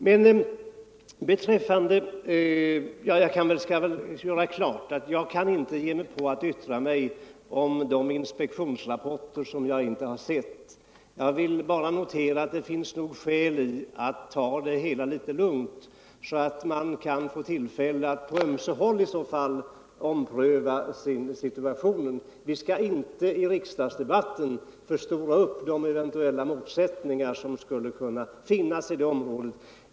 psykiskt utveck Jag vill göra klart att jag inte kan ge mig in på att yttra mig om = lingsstörda inspektionsrapporter jag inte har sett. Jag vill notera att det finns skäl att ta det hela litet lugnt så att man på ömse håll kan få tillfälle att ompröva situationen. Vi skall inte i riksdagsdebatten förstora upp de eventuella motsättningar som kan finnas.